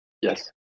yes